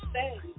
say